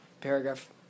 paragraph